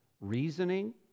reasoning